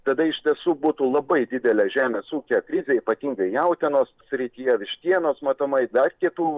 tada iš tiesų būtų labai didelė žemės ūkio krizė ypatingai jautienos srityje vištienos matomai dar kitų